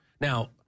Now